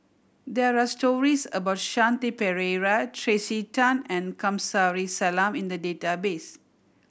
there are stories about Shanti Pereira Tracey Tan and Kamsari Salam in the database